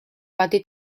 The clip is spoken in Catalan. pati